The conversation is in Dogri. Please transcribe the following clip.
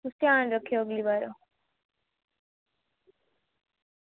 तुस ध्यान रक्खेओ अगली बार